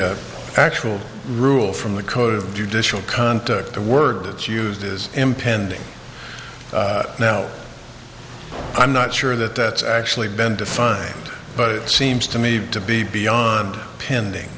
the actual rule from the code of judicial conduct the words used is impending no i'm not sure that that's actually been defined but it seems to me to be beyond pending